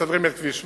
מסדרים את כביש מע"צ,